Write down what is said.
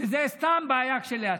שזה סתם בעיה כשלעצמה.